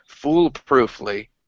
foolproofly